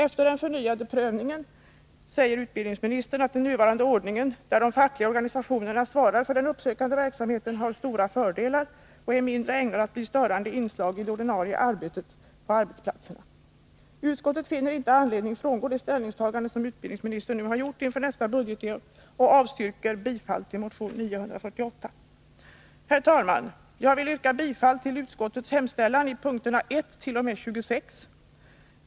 Efter den förnyade prövningen anför utbildningsministern att den nuvarande ordningen, där de fackliga organisationerna svarar för den uppsökande verksamheten, har stora fördelar och är mindre ägnad att bli störande inslag i det ordinarie arbetet på arbetsplatserna. Utskottet finner inte anledning frångå det ställningstagande som utbildningsministern nu har gjort inför nästa budgetår och avstyrker bifall till motion 948. Herr talman! Jag yrkar bifall till utskottets hemställan i punkterna 1—-26, 28 och 29 samt 31-34.